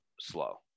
slow